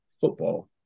football